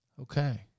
Okay